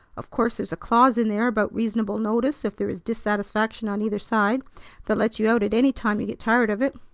of course there's a clause in there about reasonable notice if there is dissatisfaction on either side that lets you out at any time you get tired of it.